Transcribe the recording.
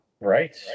Right